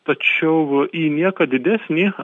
tačiau į nieką didesnį